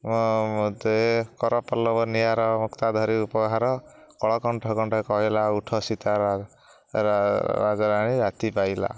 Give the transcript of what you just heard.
କରପଲ୍ଲବେ ନୀହାର ମୁକ୍ତା ଧରି ଉପହାର ସତୀଙ୍କ ବାସ ବାହାର ପ୍ରାଙ୍ଗଣେ ରହି କଳକଣ୍ଠ କଣ୍ଠେ କହିଲା ଦରଶନ ଦିଅ ସତୀ ରାତି ପାହିଲା